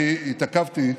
אני התעכבתי,